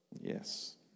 Yes